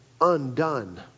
undone